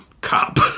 cop